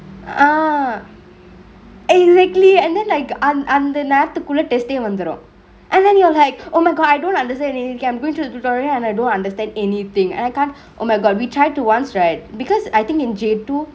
ah exactly and then like அந்~ அந்த நேரத்துக்குல்ல:anth~ anthe nerathukulle test தே வந்துரு:eh vanthuru and then you're like oh my god I don't understand I'm goingk through the tutorial and I don't understand anythingk and I can't oh my god we tried to once right because I think in J two